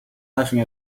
laughing